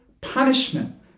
punishment